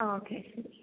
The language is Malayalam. ഓക്കേ ശരി